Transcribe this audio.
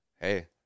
hey